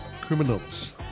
criminals